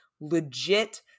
legit